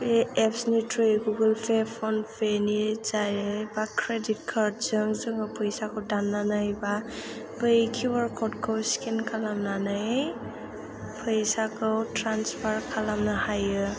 बे एप्सनि थ्रुयै गुगोल पे फन पे नि जायै बा क्रेडिट कार्डजों जोङो फैसाखौ दाननानै बा बै क्युआर क'डखौ स्केन खालामनानै फैसाखौ ट्रान्सफार खालामनो हायो